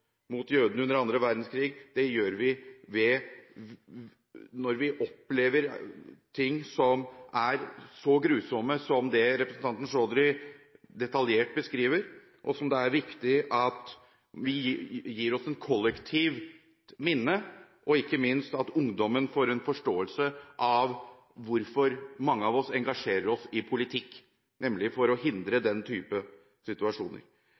mot jødene under den andre verdenskrigen, og det gjør vi når vi opplever ting som er så grusomme som det representanten Chaudhry detaljert beskriver, og som det er viktig at gir oss et kollektivt minne, og ikke minst for at ungdommen skal få en forståelse av hvorfor mange av oss engasjerer oss i politikk – nemlig for å forhindre den typen situasjoner.